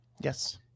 Yes